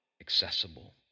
accessible